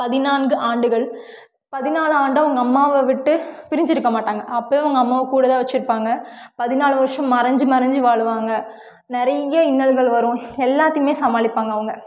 பதினான்கு ஆண்டுகள் பதினாலு ஆண்டு அவங்க அம்மாவை விட்டு பிரிஞ்சுருக்க மாட்டாங்க அப்போயும் அவங்க அம்மாவை கூடவேதான் வெச்சுருப்பாங்க பதினாலு வருஷம் மறைஞ்சி மறைஞ்சி வாழ்வாங்க நிறைய இன்னல்கள் வரும் எல்லாத்தையுமே சமாளிப்பாங்க அவங்க